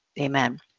Amen